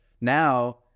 now